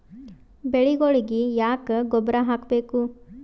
ಬೆಳಿಗೊಳಿಗಿ ಯಾಕ ಗೊಬ್ಬರ ಹಾಕಬೇಕು?